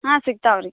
ಹಾಂ ಸಿಗ್ತಾವೆ ರೀ